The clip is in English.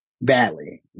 badly